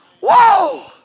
Whoa